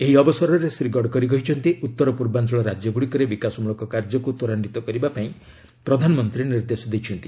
ଏହି ଅବସରରେ ଶ୍ରୀ ଗଡ଼କରୀ କହିଛନ୍ତି ଉତ୍ତର ପୂର୍ବାଞ୍ଚଳ ରାଜ୍ୟଗୁଡ଼ିକରେ ବିକାଶମୂଳକ କାର୍ଯ୍ୟକୁ ତ୍ୱରାନ୍ୱିତ କରିବାପାଇଁ ପ୍ରଧାନମନ୍ତ୍ରୀ ନିର୍ଦ୍ଦେଶ ଦେଇଛନ୍ତି